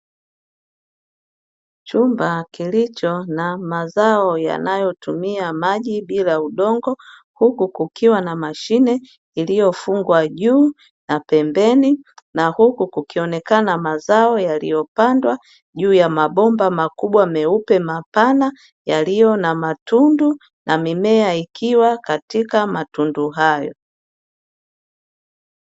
Chumba kilicho na mazao yanayotumia maji bila udongo, huku kukiwa na mashine iliyofungwa juu, na pembeni na huku kukionekana mazao yaliyopandwa juu ya mabomba makubwa meupe mapana yaliyo na matundu na mimea ikiwa katika matundu hayo.